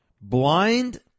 blind